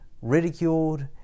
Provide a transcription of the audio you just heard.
ridiculed